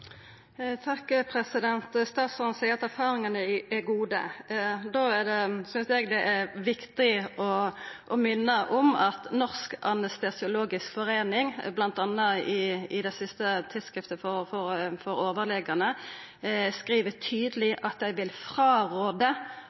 Statsråden seier at erfaringane er gode. Da synest eg det er viktig å minna om at Norsk anestesiologisk forening i det siste tidsskriftet for overlegane skriv tydeleg at dei